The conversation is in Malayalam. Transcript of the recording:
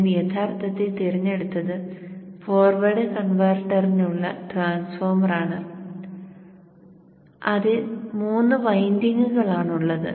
ഞാൻ യഥാർത്ഥത്തിൽ തിരഞ്ഞെടുത്തത് ഫോർവേഡ് കൺവെർട്ടറിനുള്ള ട്രാൻസ്ഫോർമറാണ് അതിൽ മൂന്ന് വൈൻഡിംഗുകളാണുള്ളത്